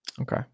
Okay